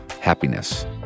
happiness